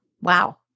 Wow